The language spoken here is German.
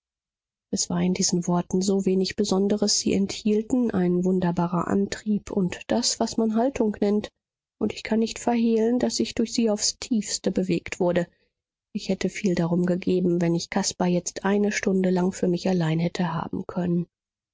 es war in diesen worten so wenig besonderes sie enthielten ein wunderbarer antrieb und das was man haltung nennt und ich kann nicht verhehlen daß ich durch sie aufs tiefste bewegt wurde ich hätte viel darum gegeben wenn ich caspar jetzt eine stunde lang für mich allein hätte haben können